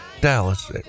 Dallas